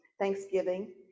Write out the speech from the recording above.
Thanksgiving